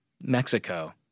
Mexico